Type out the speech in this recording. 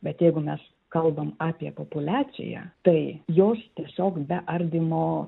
bet jeigu mes kalbam apie populiaciją tai jos tiesiog be ardymo